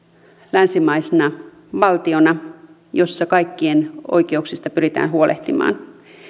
länsimaisena valtiona jossa kaikkien oikeuksista pyritään huolehtimaan